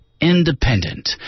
independent